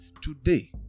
Today